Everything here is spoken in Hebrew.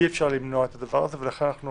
אי אפשר למנוע את הדבר הזה ולכן אנחנו